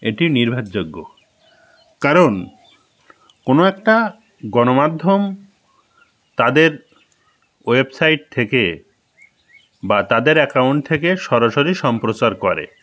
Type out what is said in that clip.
এটি নির্ভারযোগ্য কারণ কোনো একটা গণমাধ্যম তাদের ওয়েবসাইট থেকে বা তাদের অ্যাকাউন্ট থেকে সরাসরি সম্প্রচার করে